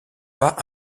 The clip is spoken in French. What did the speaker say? pas